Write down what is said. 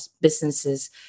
businesses